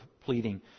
pleading